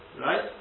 Right